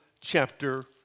chapter